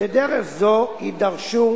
בדרך זו יידרשו